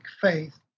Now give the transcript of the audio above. faith